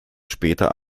später